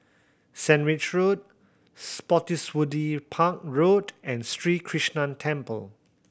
Sandwich Road Spottiswoode Park Road and Sri Krishnan Temple